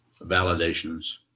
validations